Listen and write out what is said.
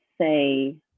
say